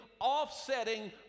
offsetting